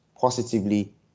positively